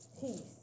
peace